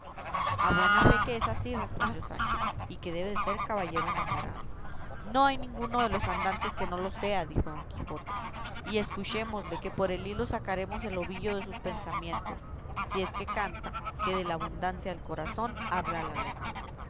a buena fe que es así respondió sancho y que debe de ser caballero enamorado no hay ninguno de los andantes que no lo sea dijo don quijote y escuchémosle que por el hilo sacaremos el ovillo de sus pensamientos si es que canta que de la abundancia del corazón habla la lengua